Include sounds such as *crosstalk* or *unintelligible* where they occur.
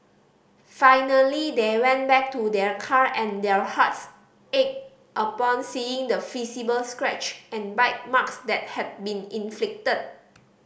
finally they went back to their car and their hearts ached upon seeing the *unintelligible* scratch and bite marks that had been inflicted